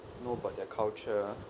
know about their culture